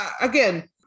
again